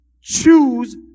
Choose